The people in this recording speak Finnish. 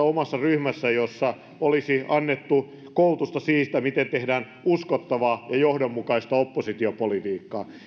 omassa ryhmässä siitä koulutuksesta jossa olisi annettu koulutusta siitä miten tehdään uskottavaa ja johdonmukaista oppositiopolitiikkaa